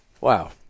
Wow